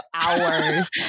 hours